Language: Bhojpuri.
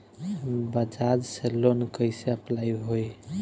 बजाज से लोन कईसे अप्लाई होई?